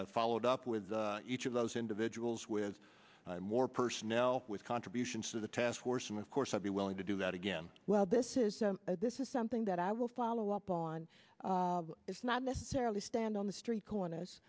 and followed up with each of those individuals with more personnel with contributions to the task force and of course i'd be willing to do that again well this is this is something that i will follow up on if not necessarily stand on the street corners